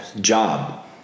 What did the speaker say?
job